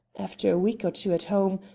after a week or two at home,